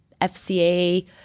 FCA